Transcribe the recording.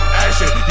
action